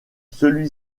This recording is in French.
celui